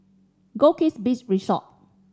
Goldkist Beach Resort